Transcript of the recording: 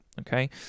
okay